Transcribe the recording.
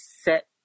set